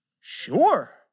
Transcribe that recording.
sure